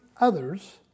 others